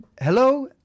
Hello